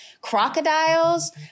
crocodiles